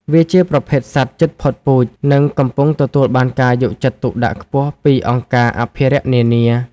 វាជាប្រភេទសត្វជិតផុតពូជ និងកំពុងទទួលបានការយកចិត្តទុកដាក់ខ្ពស់ពីអង្គការអភិរក្សនានា។